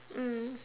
mm